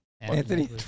Anthony